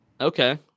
Okay